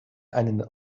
einen